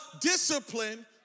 discipline